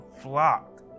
flock